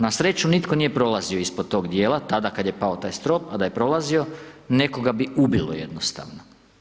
Na sreću nitko nije prolazio ispod tog djela tada kad je pao taj strop a da je prolazio, nekoga bi ubilo jednostavno.